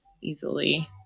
easily